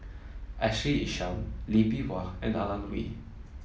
Ashley Isham Lee Bee Wah and Alan Oei